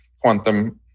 quantum